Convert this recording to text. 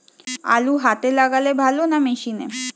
আলু হাতে লাগালে ভালো না মেশিনে?